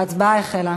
ההצבעה החלה.